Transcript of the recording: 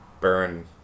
burn